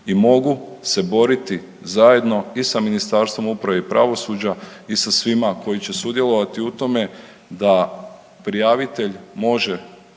i mogu se boriti zajedno i sa Ministarstvom uprave i pravosuđa i sa svima koji će sudjelovati u tome da prijavitelj može